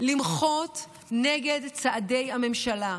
למחות נגד צעדי הממשלה.